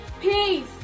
peace